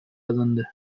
alındı